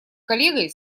коллегой